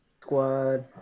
squad